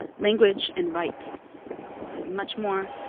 language and rights is much more